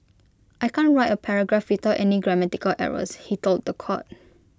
I can't write A paragraph without any grammatical errors he told The Court